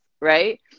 right